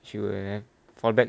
she will have fallback